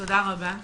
תודה רבה.